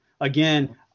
again